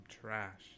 trash